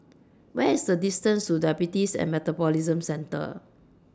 What IS The distance to Diabetes and Metabolism Centre